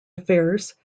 affairs